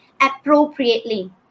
appropriately